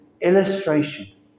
illustration